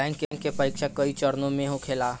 bank के परीक्षा कई चरणों में होखेला